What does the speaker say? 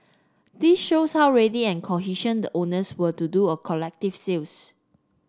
this shows how ready and cohesion the owners were to do a collective sales